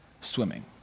swimming